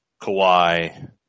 Kawhi